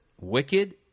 wicked